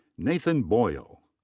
nathan boyle.